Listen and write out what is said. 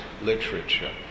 Literature